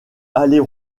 aller